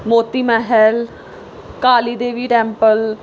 Moti Mahal Kali Devi temple